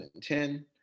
2010